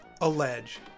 allege